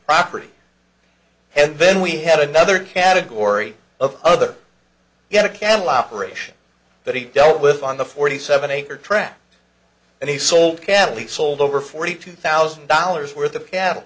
property and then we had another category of other get a candle operation that he dealt with on the forty seven acre tract and he sold catley sold over forty two thousand dollars worth of cattle